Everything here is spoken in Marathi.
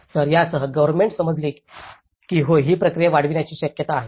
तर यासह गव्हर्नमेंट समजले की होय ही प्रक्रिया वाढविण्याची शक्यता आहे